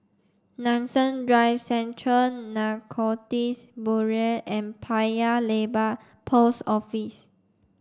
Nanson Drive Central Narcotics Bureau and Paya Lebar Post Office